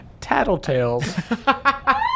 tattletales